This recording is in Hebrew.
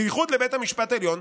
"בייחוד לבית המשפט העליון,